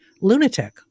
lunatic